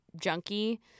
junkie